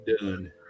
done